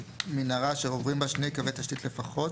- מנהרה אשר עוברים בה שני קווי תשתית לפחות,